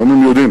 היום הם יודעים.